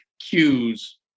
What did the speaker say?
cues